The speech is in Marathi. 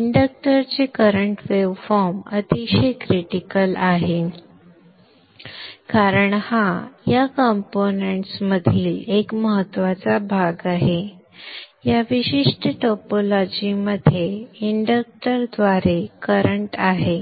इंडक्टरचे करंट वेव्हफॉर्म अतिशय क्रिटिकल आहे कारण हा या कंपोनेंट्स तील एक महत्त्वाचा भाग आहे या विशिष्ट टोपोलॉजीमध्ये इंडक्टरद्वारे करंट आहे